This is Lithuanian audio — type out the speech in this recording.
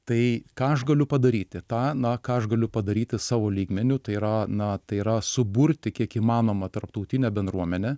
tai ką aš galiu padaryti tą na ką aš galiu padaryti savo lygmeniu tai yra na tai yra suburti kiek įmanoma tarptautinę bendruomenę